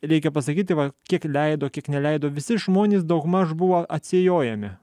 reikia pasakyti va kiek leido kiek neleido visi žmonės daugmaž buvo atsijojami